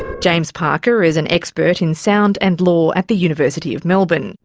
james parker is an expert in sound and law at the university of melbourne.